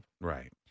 Right